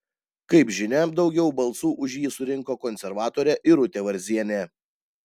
kaip žinia daugiau balsų už jį surinko konservatorė irutė varzienė